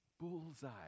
bullseye